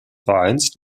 vereins